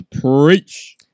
Preach